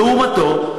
לעומתו,